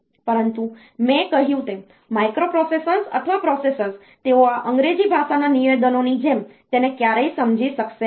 પરંતુ મેં કહ્યું તેમ માઇક્રોપ્રોસેસર્સ અથવા પ્રોસેસર્સ તેઓ આ અંગ્રેજી ભાષાના નિવેદનોની જેમ તેને ક્યારેય સમજી શકશે નહીં